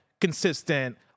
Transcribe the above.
consistent